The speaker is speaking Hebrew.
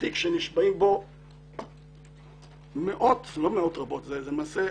בתיק שנשמעות בו מאות רבות של עדויות,